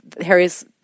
Harry's